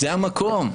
זה המקום.